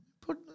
Put